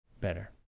better